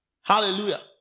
Hallelujah